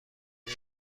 این